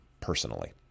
personally